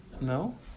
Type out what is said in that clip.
No